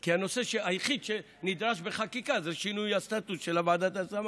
כי הנושא היחיד שנדרש בחקיקה זה שינוי הסטטוס של ועדת ההשמה.